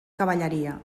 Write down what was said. cavalleria